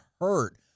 hurt